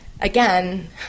again